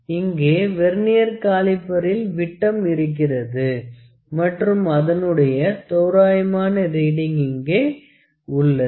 இங்கே வெர்னியர் காலிப்பறில் விட்டம் இருக்கிறது மற்றும் அதனுடைய தோராயமான ரீடிங் இங்கே உள்ளது